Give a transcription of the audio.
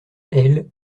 elle